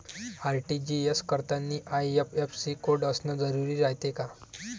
RTGS करतांनी IFSC code असन जरुरी रायते का?